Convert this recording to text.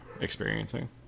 experiencing